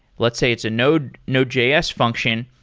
let's say it's a node node js function.